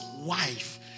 wife